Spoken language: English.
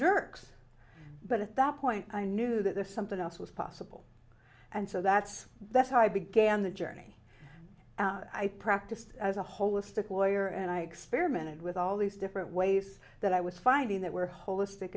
jerks but at that point i knew that this something else was possible and so that's that's how i began the journey i practiced as a holistic lawyer and i experimented with all these different ways that i was finding that were holistic